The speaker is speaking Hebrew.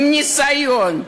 עם ניסיון.